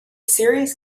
serious